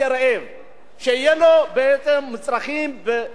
שיהיו לו בעצם מצרכים במקרר שלו.